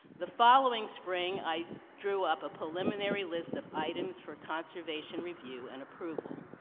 the following spring, i drew up a preliminary list of items for conservation review and approval.